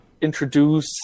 introduce